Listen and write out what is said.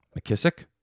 McKissick